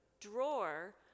drawer